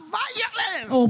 violence